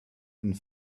and